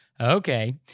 okay